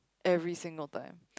every single time